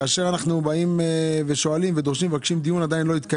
דרשנו דיון, רק הוא עדיין לא התקיים.